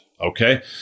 okay